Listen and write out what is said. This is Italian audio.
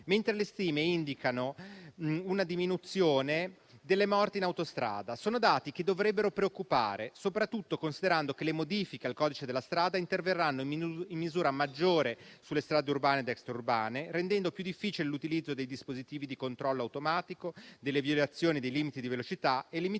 mentre le stime indicano una diminuzione delle morti in autostrada. Sono dati che dovrebbero preoccupare, soprattutto considerando che le modifiche al codice della strada interverranno in misura maggiore sulle strade urbane ed extraurbane, rendendo più difficile l'utilizzo dei dispositivi di controllo automatico, delle violazioni dei limiti di velocità e limitando